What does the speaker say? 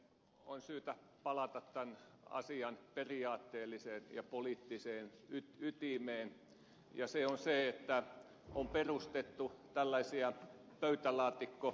on syytä palata tämän asian periaatteelliseen ja poliittiseen ytimeen ja se on se että on perustettu tällaisia pöytälaatikkoyhdistyksiä keräämään rahaa